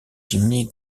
gminy